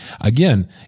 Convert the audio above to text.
again